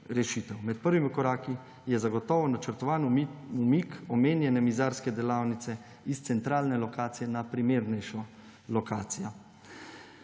rešitev. Med prvimi koraki je zagotovo načrtovan umik omenjene mizarske delavnice iz centralne lokacije na primernejšo lokacijo.